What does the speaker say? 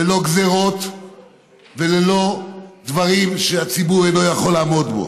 ללא גזירות וללא דברים שהציבור אינו יכול לעמוד בהם.